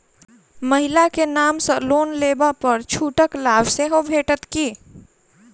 महिला केँ नाम सँ लोन लेबऽ पर छुटक लाभ सेहो भेटत की?